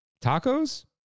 tacos